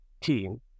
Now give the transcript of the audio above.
team